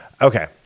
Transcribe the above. Okay